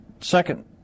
second